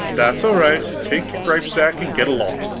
that's all right. take your gripsack and get along.